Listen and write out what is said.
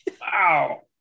wow